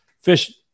Fish